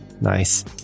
Nice